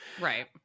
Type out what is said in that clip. Right